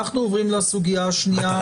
אנחנו עוברים לסוגיה השנייה.